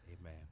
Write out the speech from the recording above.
Amen